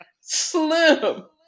Slim